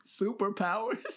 superpowers